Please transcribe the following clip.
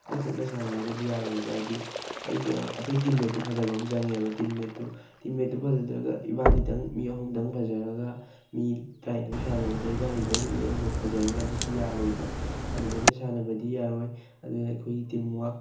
ꯑꯩ ꯈꯛꯅ ꯁꯥꯟꯅꯔꯒꯗꯤ ꯌꯥꯔꯣꯏꯕ ꯍꯥꯏꯗꯤ ꯑꯩꯒ ꯑꯩꯈꯣꯏ ꯇꯤꯝꯃꯦꯠꯇꯨ ꯐꯖꯕ ꯑꯃ ꯆꯪꯉꯦꯕ ꯇꯤꯝꯃꯦꯠꯇꯨ ꯇꯤꯝꯃꯦꯠꯇꯨ ꯐꯖꯗ꯭ꯔꯒ ꯏꯕꯥꯟꯅꯤꯇꯪ ꯃꯤ ꯑꯍꯨꯝꯗꯪ ꯐꯖꯔꯒ ꯃꯤ ꯇꯔꯥꯅꯤꯊꯣꯏ ꯁꯥꯟꯅꯕꯗ ꯏꯕꯥꯟꯅꯤꯗꯪ ꯃꯤ ꯑꯍꯨꯝ ꯈꯛ ꯐꯖꯔꯒ ꯑꯗꯨꯗꯤ ꯌꯥꯔꯣꯏꯕ ꯑꯗꯨꯃꯥꯏꯅ ꯁꯥꯟꯅꯕꯗꯤ ꯌꯥꯔꯣꯏ ꯑꯗꯨꯅ ꯑꯩꯈꯣꯏꯒꯤ ꯇꯤꯝ ꯋꯥꯛ